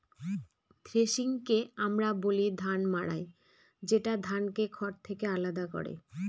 থ্রেশিংকে আমরা বলি ধান মাড়াই যেটা ধানকে খড় থেকে আলাদা করে